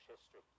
history